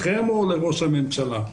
לכם או לראש הממשלה?